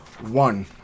One